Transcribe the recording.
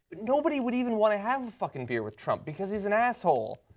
nobody would even want to have a fucking beer with trump because he is an asshole.